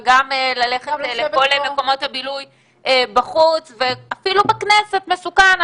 וגם ללכת לכל מקומות הבילוי בחוץ ואפילו בכנסת מסוכן,